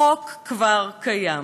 החוק כבר קיים,